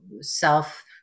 self